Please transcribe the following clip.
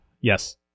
Yes